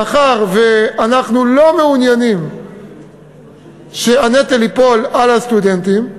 מאחר שאנחנו לא מעוניינים שהנטל ייפול על הסטודנטים,